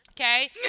Okay